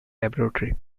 laboratory